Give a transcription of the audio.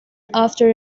after